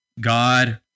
God